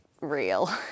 real